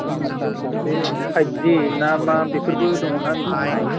आच्चा आच्चा बे फाइभजि ना मा बेफोरबो दङ ना नोंथांनाव